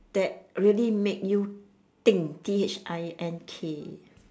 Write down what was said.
that really make you think T H I N K